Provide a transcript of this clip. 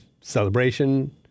celebration